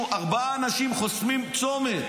ארבעה אנשים חוסמים צומת,